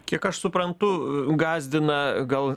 kiek aš suprantu gąsdina gal